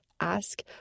ask